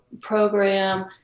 program